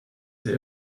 sie